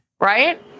right